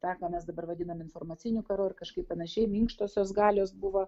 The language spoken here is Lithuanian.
tą ką mes dabar vadinam informaciniu karu ir kažkaip panašiai minkštosios galios buvo